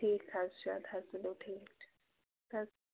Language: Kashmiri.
ٹھیٖک حظ چھُ ادٕ حظ تُلِو ٹھیٖک چھُ